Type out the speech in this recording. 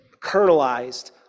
kernelized